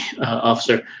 officer